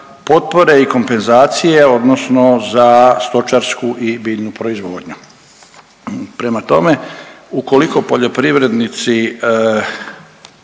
i kompenzacije odnosno za stočarsku i biljnu proizvodnju. Prema tome, ukoliko poljoprivrednici